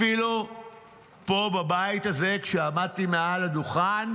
אפילו פה, בבית הזה, כשעמדתי מעל הדוכן,